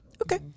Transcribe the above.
Okay